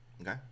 okay